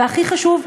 והכי חשוב,